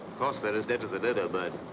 course, they're as dead as the dodo bird.